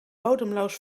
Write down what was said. bodemloos